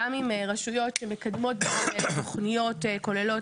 מותר לי לעשות דיונים פנימיים, נכון?